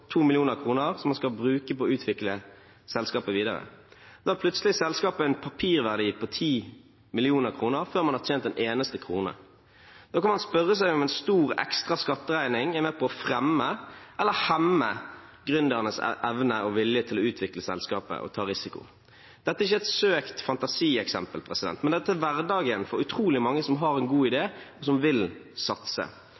som man skal bruke på å utvikle selskapet videre. Da har selskapet plutselig en papirverdi på 10 mill. kr før man har tjent en eneste krone. Man kan spørre seg om en stor ekstra skatteregning er med på å fremme eller hemme gründernes evne og vilje til å utvikle selskapet og ta risiko. Dette er ikke et søkt fantasieksempel, men hverdagen for utrolig mange som har en god idé, og som vil satse.